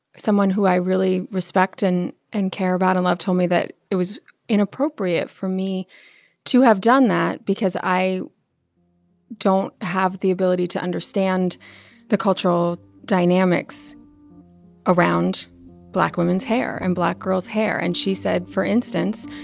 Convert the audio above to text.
someone who i really respect and and care about and love told me that it was inappropriate for me to have done that because i don't have the ability to understand the cultural dynamics around black women's hair and black girls' hair. and she said, for instance,